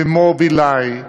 ו"מובילאיי",